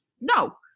no